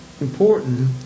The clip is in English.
important